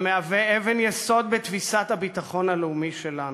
המהווה אבן-יסוד בתפיסת הביטחון הלאומי שלנו.